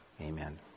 Amen